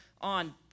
on